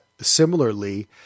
similarly